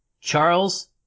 charles